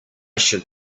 should